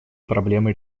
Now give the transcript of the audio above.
проблемы